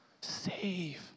Save